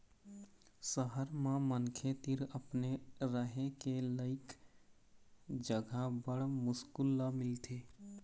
सहर म मनखे तीर अपने रहें के लइक जघा बड़ मुस्कुल ल मिलथे